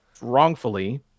wrongfully